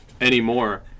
anymore